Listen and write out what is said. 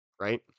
right